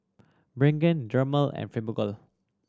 Pregain Dermale and Fibogel